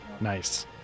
nice